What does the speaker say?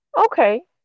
okay